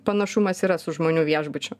panašumas yra su žmonių viešbučiu